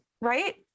right